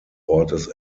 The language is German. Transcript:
ortes